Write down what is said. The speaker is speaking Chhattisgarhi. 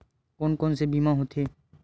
कोन कोन से बीमा होथे?